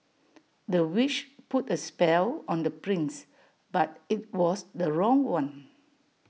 the witch put A spell on the prince but IT was the wrong one